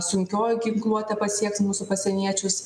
sunkioji ginkluotė pasieks mūsų pasieniečius